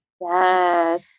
yes